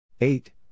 eight